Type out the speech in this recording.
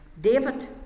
David